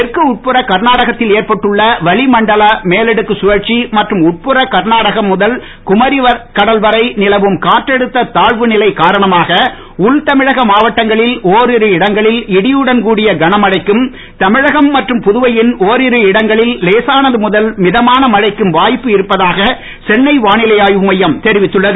தெற்கு உட்புற கர்நாடகத்தில் ஏற்பட்டுள்ள வளிமண்டல மேலடுக்கு சுழற்சி மற்றும் உட்புற கர்நாடகம் முதல் குமரி கடல் வரை நிலவும் காற்றழுத்த தாழ்வுநிலை காரணமாக உள்தமிழக மாவட்டங்களில் ஓரிரு இடங்களில் இடியுடன் கூடிய கனமழைக்கும் தமிழகம் மற்றும் புதுவையின் ஒரிரு இடங்களில் லேசானது முதல் மிதமான மழைக்கும் வாய்ப்பு இருப்பதாக சென்னை வானிலை ஆய்வு மையம் தெரிவித்துள்ளது